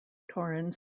torrens